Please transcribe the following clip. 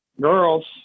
girls